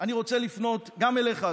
אני רוצה לפנות גם אליך,